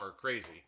Crazy